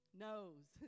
knows